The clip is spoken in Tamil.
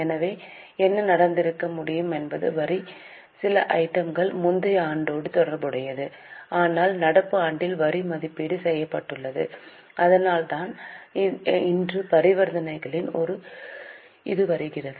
எனவே என்ன நடந்திருக்க முடியும் என்பது வரி சில ஐட்டம் கள் முந்தைய ஆண்டோடு தொடர்புடையது ஆனால் நடப்பு ஆண்டில் வரி மதிப்பீடு செய்யப்பட்டுள்ளது அதனால்தான் இன்று பரிவர்த்தனைகளில் இது வருகிறது